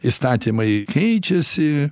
įstatymai keičiasi